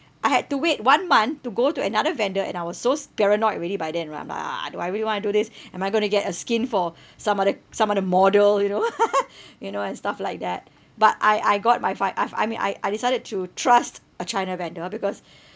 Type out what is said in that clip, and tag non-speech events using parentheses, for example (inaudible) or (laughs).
I had to wait one month to go to another vendor and I was so s~ paranoid already by then I'm like ah do I really want to do this am I going to get a skin for some other some other model you know (laughs) you know and stuff like that but I I got my fi~ I've I mean I I decided to trust a china vendor because